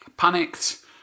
panicked